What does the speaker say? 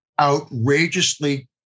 outrageously